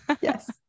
Yes